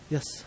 Yes